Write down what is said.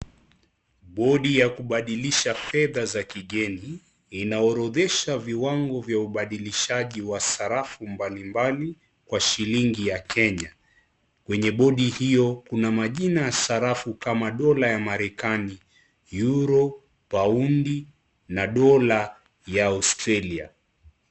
Bodi ya kubadilisha fedha za kigeni inaorodhesha viwango vya ubadilishaji wa sarafu mbali mbali kwa shilingi ya Kenya, kwenye bodi hiyo kuna majina ya sarafu kama dola ya Marekani, Euro, poundi, na dola ya Australia.